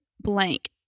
blank